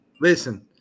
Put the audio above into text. Listen –